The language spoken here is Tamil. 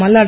மல்லாடி